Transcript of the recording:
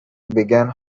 began